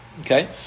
okay